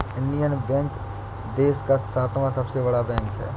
Indian Bank देश का सातवां सबसे बड़ा बैंक है